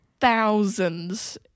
thousands